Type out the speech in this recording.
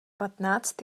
patnáct